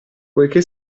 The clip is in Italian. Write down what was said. poiché